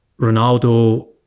Ronaldo